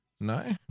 No